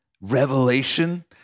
Revelation